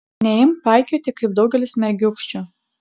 neimk paikioti kaip daugelis mergiūkščių